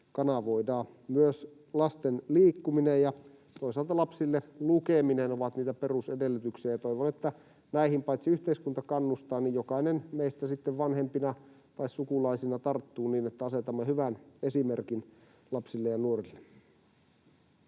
kanavoida. Myös lasten liikkuminen ja toisaalta lapsille lukeminen ovat niitä perusedellytyksiä, ja toivon, että näihin paitsi yhteiskunta kannustaa niin jokainen meistä sitten vanhempina tai sukulaisina tarttuu niin, että asetamme hyvän esimerkin lapsille ja nuorille.